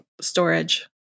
storage